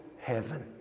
heaven